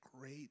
great